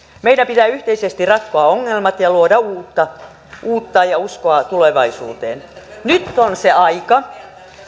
meidän pitää yhteisesti ratkoa ongelmat ja luoda uutta uutta ja uskoa tulevaisuuteen nyt on se aika